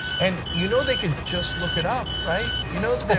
and you know they could just look it up, right? you know they